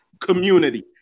community